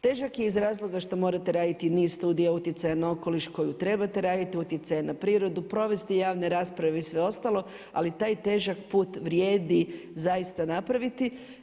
Težak je iz razloga što morate raditi niz studija utjecaja na okoliš koju trebate raditi, utjecaja na prirodu, provesti javne rasprave i sve ostalo ali taj težak put vrijedi zaista napraviti.